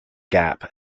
gap